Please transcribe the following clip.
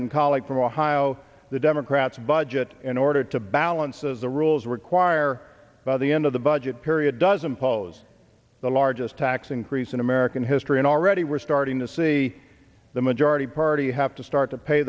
and colleague from ohio the democrats budget in order to balances the rules require by the end of the budget period does impose the largest tax increase in american history and already we're starting to see the majority party have to start to pay